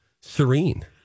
serene